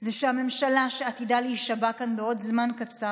זה שהממשלה שעתידה להישבע כאן בעוד זמן קצר